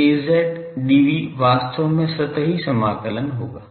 Az dv वास्तव में सतही समाकलन होगा